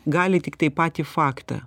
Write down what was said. gali tiktai patį faktą